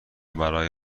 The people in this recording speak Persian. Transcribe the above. برای